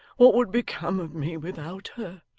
what would become of me without her